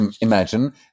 imagine